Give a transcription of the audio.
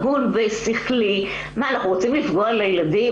הגון ושכלי מה אנחנו רוצים לפגוע בילדים?